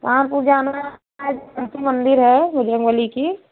आपको जाना है शिव मंदिर है बजरंग बली की